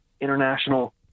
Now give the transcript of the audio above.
international